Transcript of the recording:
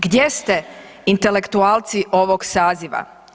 Gdje ste intelektualci ovog saziva?